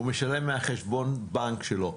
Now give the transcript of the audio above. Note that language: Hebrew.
הוא משלם מחשבון הבנק שלו,